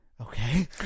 Okay